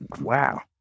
wow